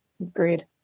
Agreed